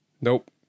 Nope